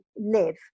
live